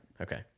Okay